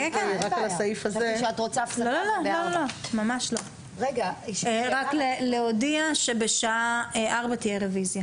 רק על הסעיף הזה --- רק להודיע שבשעה 16:00 תהיה רביזיה